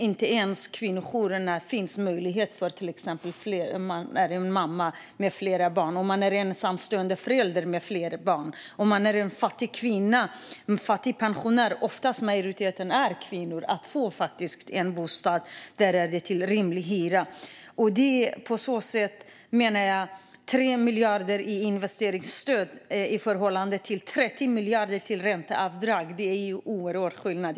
Inte ens på kvinnojourerna finns det möjlighet om man till exempel är mamma med flera barn. Om man är en ensamstående förälder, en fattig kvinna eller en fattig pensionär - oftast en kvinna, för majoriteten är kvinnor - är det svårt att få en bostad till rimlig hyra. Jag menar att 3 miljarder i investeringsstöd i förhållande till 30 miljarder i ränteavdrag är en oerhörd skillnad.